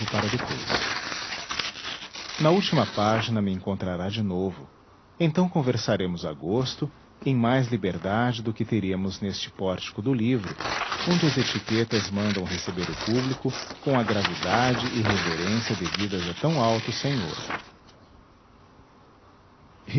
para depois na última página me encontrará de novo então conversaremos a gosto em mais liberdade do que teríamos neste pórtico do livro onde as etiquetas mandam receber o público com a gravidade e reverência devidas a tão alto senhor